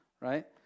right